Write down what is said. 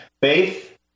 Faith